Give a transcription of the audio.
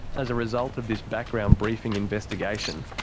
as a result of this background briefing investigation,